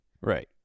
Right